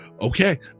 Okay